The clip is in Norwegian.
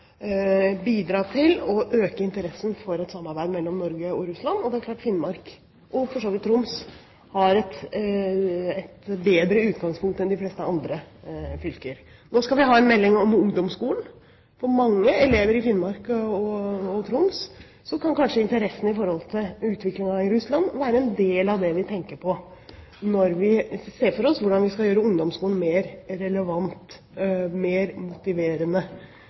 bidra til å øke interessen for et samarbeid mellom Norge og Russland. Det er klart at Finnmark, og for så vidt Troms, har et bedre utgangspunkt enn de fleste andre fylker. Nå skal vi ha en melding om ungdomsskolen. For mange elever i Finnmark og Troms kan kanskje interessen for utviklingen i Russland være en del av det vi tenker på når vi ser for oss hvordan vi skal gjøre ungdomsskolen mer relevant og mer motiverende.